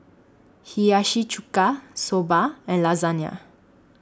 Hiyashi Chuka Soba and Lasagna